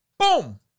Boom